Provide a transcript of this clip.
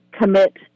commit